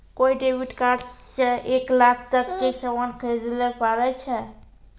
कोय debit card से एक लाख तक के सामान खरीदैल पारै छो